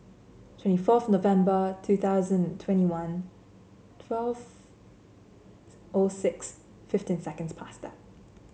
twenty fourth November two thousand twenty one twelve O six fifteen seconds pasta